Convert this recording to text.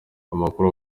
amakuru